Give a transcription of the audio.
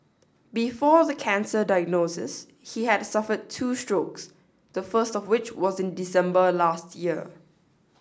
before the cancer diagnosis he had suffered two strokes the first of which was in December last year